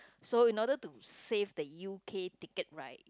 so in order to save the U_K ticket right